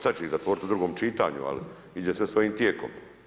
Sad će ih zatvoriti u drugom čitanju ali ide sve svojim tijekom.